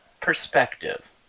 perspective